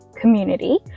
community